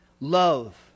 Love